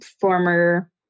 former